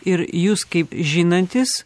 ir jūs kaip žinantis